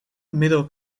middle